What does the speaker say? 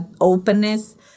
openness